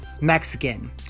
Mexican